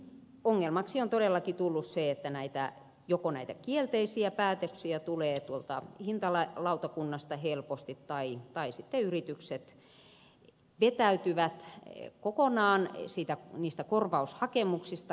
ongelmaksi on todellakin tullut se että joko näitä kielteisiä päätöksiä tulee hintalautakunnasta helposti tai sitten yritykset vetäytyvät kokonaan ei sitä niistä korvaushakemuksista